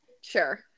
Sure